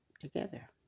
together